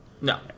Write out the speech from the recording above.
No